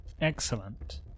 excellent